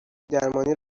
درمانی